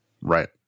Right